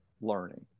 learning